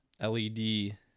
led